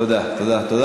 תודה, תודה.